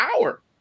hour